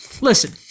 Listen